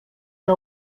que